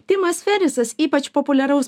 timas ferisas ypač populiaraus